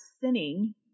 sinning